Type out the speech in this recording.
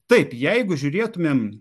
taip jeigu žiūrėtumėm